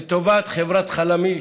לטובת חברת חלמיש,